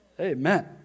Amen